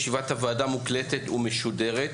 ישיבת הוועדה מוקלטת ומשודרת,